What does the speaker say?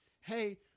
hey